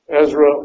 Ezra